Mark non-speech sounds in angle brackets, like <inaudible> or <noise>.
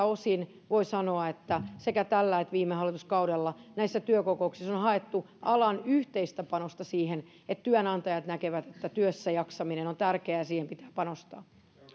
<unintelligible> osin voi sanoa että sekä tällä että viime hallituskaudella näissä työkokouksissa on on haettu alan yhteistä panosta siihen että työnantajat näkevät että työssäjaksaminen on tärkeää ja siihen pitää panostaa nyt